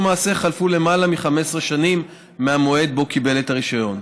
המעשה חלפו למעלה מ-15 שנים מהמועד שבו קיבל את הרישיון.